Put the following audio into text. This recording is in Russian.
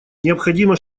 необходимо